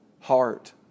heart